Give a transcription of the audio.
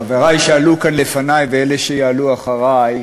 חברי שאלו כאן לפני, ואלה שיעלו אחרי,